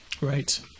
Right